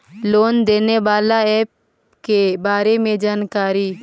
Loan देने बाला app के बारे मे जानकारी?